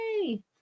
Yay